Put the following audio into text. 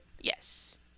Yes